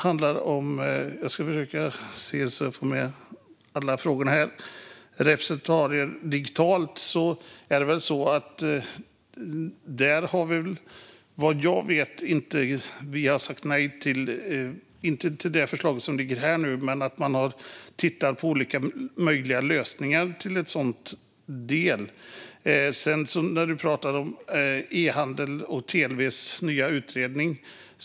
Vad gäller receptarier digitalt har vi vad jag vet inte sagt nej till det förslaget. Men man har tittat på olika möjliga lösningar. Ledamoten pratar om e-handel och TLV:s nya utredning.